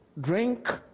drink